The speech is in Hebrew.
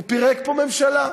הוא פירק פה ממשלה.